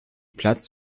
platz